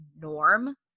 norm